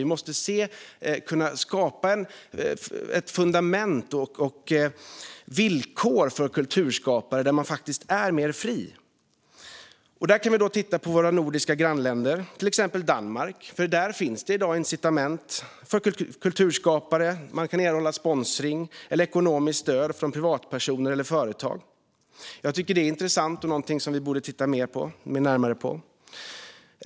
Vi måste skapa fundament och villkor som gör att kulturskapare blir friare. Vi kan då titta på våra nordiska grannländer, till exempel Danmark. Där finns det i dag incitament för kulturskapare. Man kan erhålla sponsring eller ekonomiskt stöd från privatpersoner eller företag. Jag tycker att det är intressant och någonting som vi borde titta närmare på.